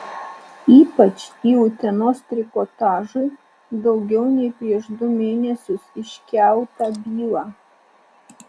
ypač į utenos trikotažui daugiau nei prieš du mėnesius iškeltą bylą